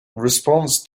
response